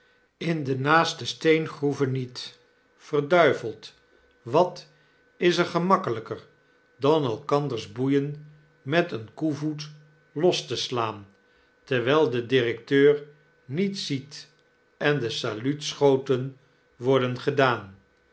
in de naaste steengroeven niet verduiveld wat is gemakkelijker dan elkanders boeien met een koevoet los te slaan terwyl de directeur niet ziet en de saluutschoten worden gedaan